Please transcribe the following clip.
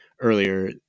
earlier